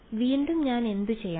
അതിനാൽ വീണ്ടും ഞാൻ എന്തുചെയ്യണം